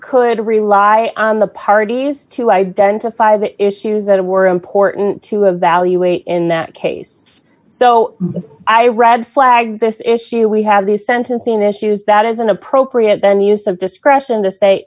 could rely on the parties to identify the issues that were important to evaluate in that case so i red flagged this issue we have the sentencing issues that is an appropriate then use of discretion to say